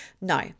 no